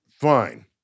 fine